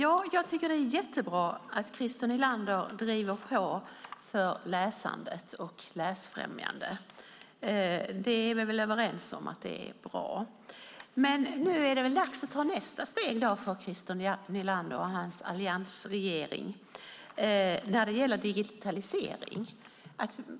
Herr talman! Det är jättebra att Christer Nylander driver på för läsande och läsfrämjande. Vi är överens om att det är bra. Nu är det väl dags att ta nästa steg för Christer Nylander och hans alliansregering, nämligen det som rör digitalisering.